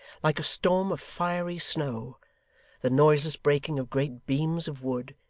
like a storm of fiery snow the noiseless breaking of great beams of wood,